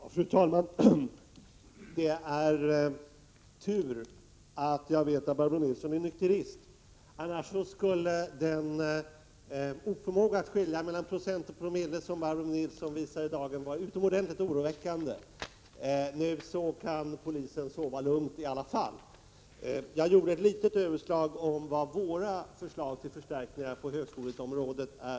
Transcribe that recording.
Fru talman! Det är tur att jag vet att Barbro Nilsson är nykterist. Annars skulle den oförmåga att skilja mellan procent och promille som Barbro Nilsson visar i dagen vara utomordentligt oroväckande. Nu kan polisen i alla fall sova lugnt. Jag gjorde ett litet överslag om vad våra förslag till förstärkning på högskoleområdet innebär.